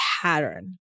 pattern